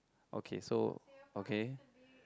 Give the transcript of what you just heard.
okay so okay